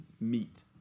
meet